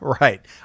Right